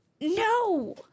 No